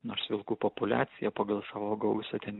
nors vilkų populiacija pagal savo gausą ten